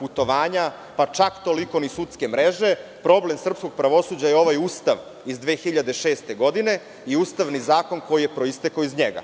putovanja, pa čak toliko ni sudske mreže. Problem srpskog pravosuđa je ovaj Ustav iz 2006. godine, i Ustavni zakon koji je proistekao iz njega,